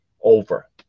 over